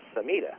Samita